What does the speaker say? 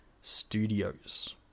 studios